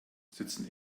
sitzen